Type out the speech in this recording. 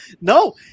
No